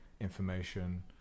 information